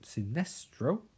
sinestro